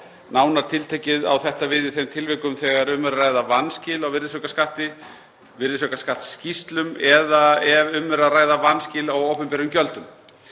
Nánar tiltekið á þetta við í þeim tilvikum þegar um er að ræða vanskil á virðisaukaskatti, virðisaukaskattsskýrslum eða ef um er að ræða vanskil á opinberum gjöldum.